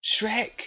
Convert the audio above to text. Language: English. Shrek